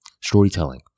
storytelling